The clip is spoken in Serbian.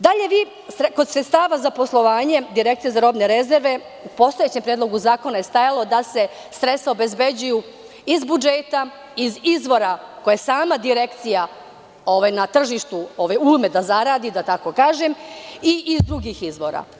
Dalje, vi kod sredstava za poslovanje direkcije za robne rezerve, u postojećem Predlogu zakona je stajalo da se sredstva obezbeđuju iz budžeta, iz izvora koje sama direkcija na tržištu ume da zaradi, da tako kažem, i iz drugih izvora.